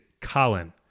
Colin